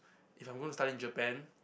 if I'm gonna study in Japan